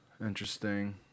interesting